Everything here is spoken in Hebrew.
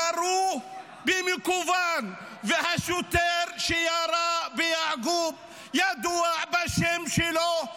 ירו במכוון, והשוטר שירה ביעקוב ידוע בשם שלו,